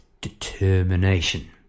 Determination